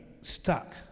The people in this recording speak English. stuck